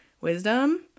Wisdom